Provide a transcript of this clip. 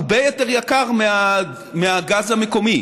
הגז המיובא, הרבה יותר יקר מהגז המקומי.